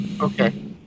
Okay